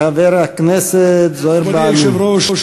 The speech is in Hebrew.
חבר הכנסת זוהיר בהלול.